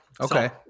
Okay